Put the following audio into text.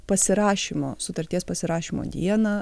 pasirašymo sutarties pasirašymo dieną